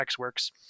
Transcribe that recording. XWorks